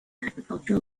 agricultural